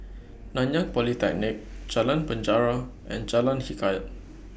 Nanyang Polytechnic Jalan Penjara and Jalan Hikayat